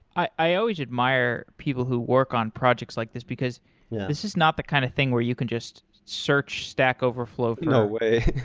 i always admire people who work on projects like this because yeah this is not the kind of thing where you can just search stack overflow you know for